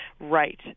right